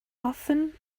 often